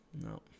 no